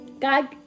God